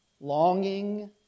Longing